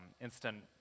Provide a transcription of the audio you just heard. Instant